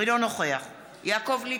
אינו נוכח יעקב ליצמן,